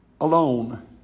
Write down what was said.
alone